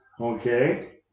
Okay